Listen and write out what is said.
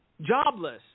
jobless